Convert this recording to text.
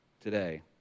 today